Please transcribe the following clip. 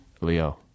Leo